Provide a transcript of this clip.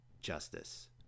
justice